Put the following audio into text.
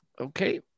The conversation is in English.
Okay